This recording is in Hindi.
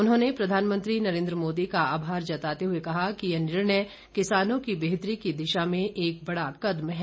उन्होंने प्रधानमंत्री नरेन्द्र मोदी का आभार जताते हुए कहा कि ये निर्णय किसानों की बेहतरी की दिशा में एक बड़ा कदम है